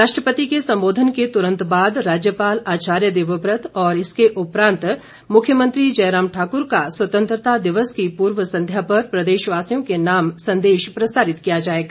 राष्ट्रपति के संबोधन के तुरंत बाद राज्यपाल आचार्य देवव्रत और इसके उपरांत मुख्यमंत्री जयराम ठाकुर का स्वतंत्रता दिवस की पूर्व संध्या पर प्रदेशवासियों के नाम संदेश प्रसारित किया जाएगा